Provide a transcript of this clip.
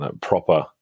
proper